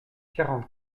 quarante